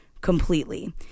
completely